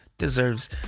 deserves